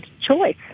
choice